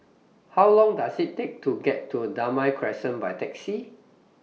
How Long Does IT Take to get to Damai Crescent By Taxi